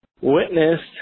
witnessed